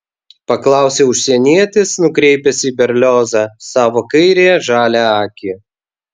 paklausė užsienietis nukreipęs į berliozą savo kairiąją žalią akį